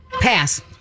Pass